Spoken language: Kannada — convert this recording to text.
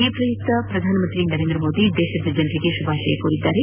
ಈ ಪ್ರಯುಕ್ತ ಪ್ರಧಾನಮಂತ್ರಿ ನರೇಂದ್ರಮೋದಿ ದೇಶದ ಜನರಿಗೆ ಶುಭಾಶಯ ಕೋರಿದ್ದಾರೆ